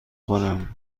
خورم